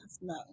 no